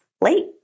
late